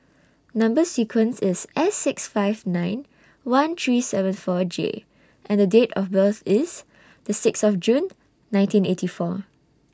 Number sequence IS S six five nine one three seven four J and Date of birth IS The six of June nineteen eighty four